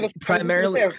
Primarily